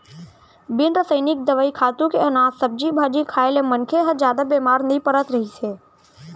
बिन रसइनिक दवई, खातू के अनाज, सब्जी भाजी खाए ले मनखे ह जादा बेमार नइ परत रहिस हे